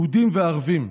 יהודים וערבים.